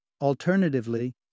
Alternatively